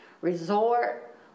resort